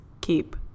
keep